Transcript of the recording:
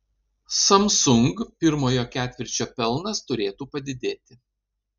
samsung pirmojo ketvirčio pelnas turėtų padidėti